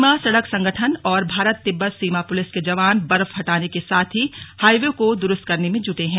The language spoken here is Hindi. सीमा सड़क संगठन और भारत तिब्बत सीमा पुलिस के जवान बर्फ हटाने के साथ ही हाइवे को दुरूस्त करने में जुटे हैं